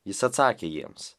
jis atsakė jiems